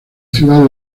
ciudad